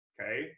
okay